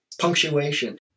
punctuation